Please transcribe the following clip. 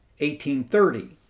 1830